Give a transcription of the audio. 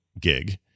gig